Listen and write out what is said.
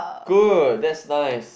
good that's nice